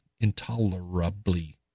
intolerably